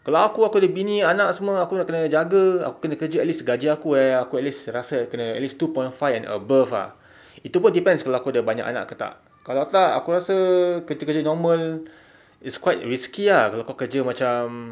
kalau aku aku ada bini anak semua aku kena jaga aku kena kerja at least gaji aku eh aku at least rasa kena at least two point five and above ah itu pun depends kalau aku ada banyak anak ke tak kalau tak aku rasa kerja-kerja normal is quite risky ah kalau kau kerja macam